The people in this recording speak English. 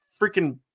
freaking